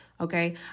okay